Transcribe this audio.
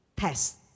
Test